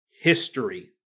history